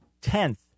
tenth